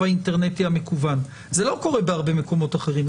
האינטרנטי המקוון זה לא קורה בהרבה מקומות אחרים,